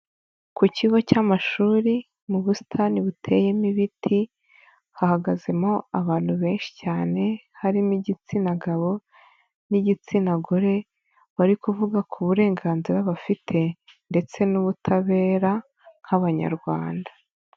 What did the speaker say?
Ku kigo cy'amashuri mu busitani buteyemo ibiti, hahagazemo abantu benshi cyane harimo igitsina gabo n'igitsina gore, bari kuvuga ku burenganzira bafite ndetse n'ubutabera nk'abanyarwanda.